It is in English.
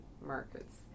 markets